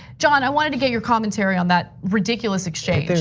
john, i wanted to get your commentary on that ridiculous exchange.